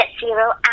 zero